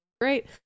great